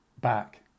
back